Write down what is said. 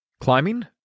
Climbing